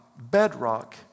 bedrock